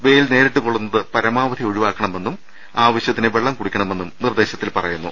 വെയിൽ നേരിട്ട് കൊള്ളുന്നത് പരമാവധി ഒഴിവാക്കണമെന്നും ആവ ശൃത്തിന് വെള്ളം കൂടിക്കണമെന്നും നിർദേശത്തിൽ പറയുന്നു